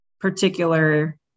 particular